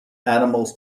animals